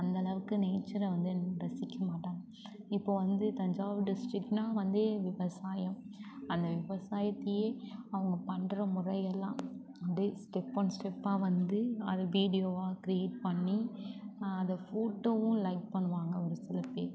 அந்தளவுக்கு நேச்சரை வந்து ரசிக்க மாட்டாங்க இப்போது வந்து தஞ்சாவூர் டிஸ்ட்ரிக்ட்னால் வந்து விவசாயம் அந்த விவசாயத்தையே அவங்க பண்ணுற மொதல் எல்லாம் வந்து ஸ்டெப் ஒன் ஸ்டெப்பாக வந்து அதை வீடியோவாக க்ரியேட் பண்ணி அதை ஃபோட்டோவும் லைக் பண்ணுவாங்க ஒரு சில பேர்